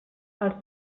els